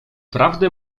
prawdę